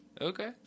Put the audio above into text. Okay